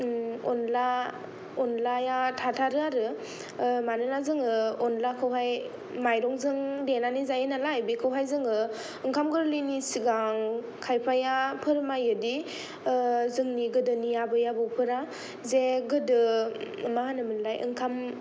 अनलाया थाथारो आरो मानोना जोङो अनलाखौहाय मायरं जों देनानै जायो नालाय बेखौहाय जोङो ओंखाम गोरलैनि सिगां खायफाया फोरमायो दि जोंनि गोदोनि आबै आबौफोरा जे गोदो मा होनो मोनलाय ओंखाम